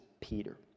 Peter